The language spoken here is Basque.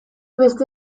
beste